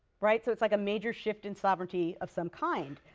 right? so it's like a major shift in sovereignty of some kind.